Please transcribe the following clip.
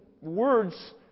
words